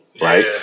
right